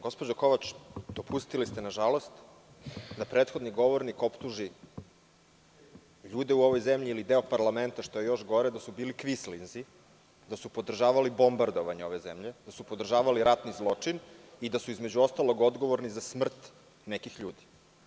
Gospođo Kovač, dopustili ste nažalost da prethodni govornik optuži ljude u ovoj zemlji ili deo parlamenta, što je još gore da su bili kvinslinzi, da su podržavali bombardovanje ove zemlje, da su podržavali ratni zločin i da su između ostalih odgovorni za smrt nekih ljudi.